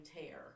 tear